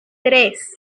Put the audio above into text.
tres